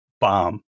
bomb